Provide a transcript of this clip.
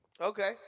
Okay